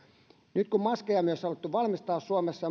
nyt kun maskeja ja muita hengityssuojaimia on myös alettu valmistaa suomessa